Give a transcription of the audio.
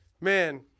Man